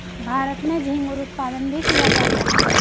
भारत में झींगुर उत्पादन भी किया जाता है